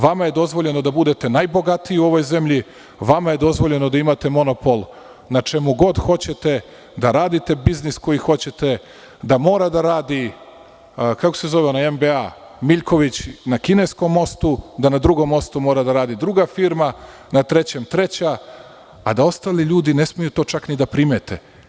Vama je dozvoljeno da budete najbogatiji u ovoj zemlji, vama je dozvoljeno da imate monopol na čemu god hoćete, da radite biznis koji hoćete, da mora da radi MBA Miljković na kineskom mostu, da na drugom mostu mora da radi druga firma, na trećem treća, a da ostali ljudi ne smeju to čak ni da primete.